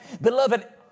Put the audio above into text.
Beloved